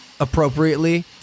appropriately